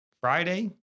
Friday